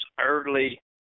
early